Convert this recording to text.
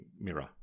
mirror